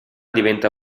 diventa